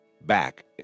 back